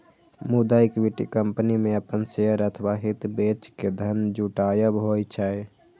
मुदा equity company मे अपन शेयर अथवा हित बेच के धन जुटायब होइ छै